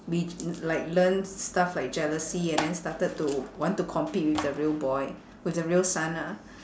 be like learn stuff like jealousy and then started to want to compete with the real boy with the real son ah